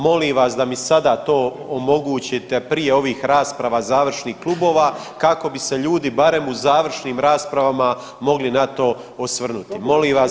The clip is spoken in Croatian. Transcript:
Molim vas da mi sada to omogućite prije ovih rasprava završnih klubova kako bi se ljudi barem u završnim raspravama mogli na to osvrnuti, molim vas.